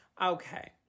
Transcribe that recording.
Okay